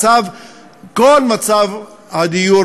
כל מצב הדיור